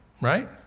Right